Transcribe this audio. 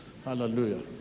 Hallelujah